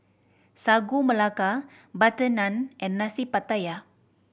Sagu Melaka butter naan and Nasi Pattaya